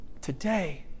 today